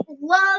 love